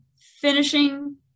finishing